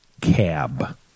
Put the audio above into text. Cab